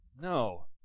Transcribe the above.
No